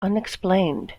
unexplained